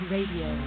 Radio